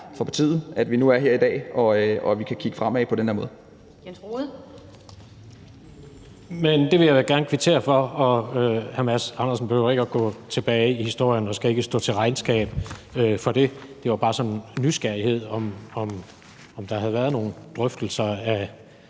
formand (Annette Lind): Jens Rohde. Kl. 16:25 Jens Rohde (KD): Det vil jeg da gerne kvittere for, og hr. Mads Andersen behøver ikke at gå tilbage i historien. Han skal ikke stå til regnskab for det. Det var bare sådan nysgerrighed om, om der havde været nogle drøftelser af